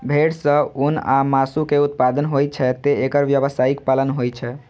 भेड़ सं ऊन आ मासु के उत्पादन होइ छैं, तें एकर व्यावसायिक पालन होइ छै